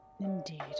Indeed